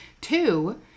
Two